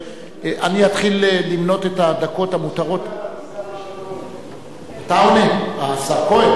אני אתחיל למנות את הדקות המותרות, השר כהן